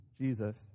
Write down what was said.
Jesus